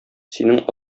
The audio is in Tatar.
синең